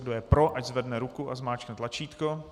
Kdo je pro, ať zvedne ruku a zmáčkne tlačítko.